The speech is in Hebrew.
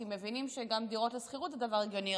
כי מבינים שגם דירות לשכירות זה דבר הגיוני,